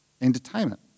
entertainment